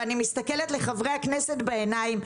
ואני מסתכלת לחברי הכנסת בעיניים,